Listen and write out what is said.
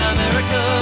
America